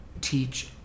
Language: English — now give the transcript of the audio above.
teach